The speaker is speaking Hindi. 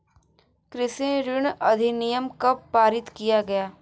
कृषि ऋण अधिनियम कब पारित किया गया?